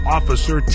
Officer